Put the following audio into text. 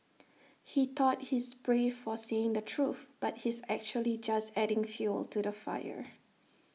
he thought he's brave for saying the truth but he's actually just adding fuel to the fire